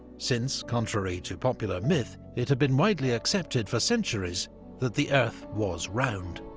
since contrary to popular myth, it had been widely accepted for centuries that the earth was round.